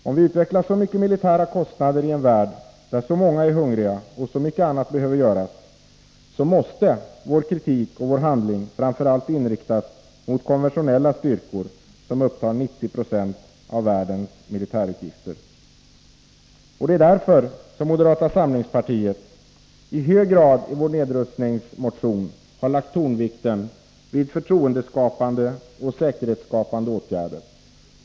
Om vi utvecklar så mycket militära kostnader i en värld där så många är hungriga och så mycket annat behöver göras, måste vår kritik och vår handling framför allt inriktas mot konventionella styrkor, som upptar 90 Z av världens militärutgifter. Det är också därför som moderata samlingspartiet i sin nedrustningsmotion i hög grad har lagt tonvikten vid förtroendeskapande och säkerhetsskapande åtgärder.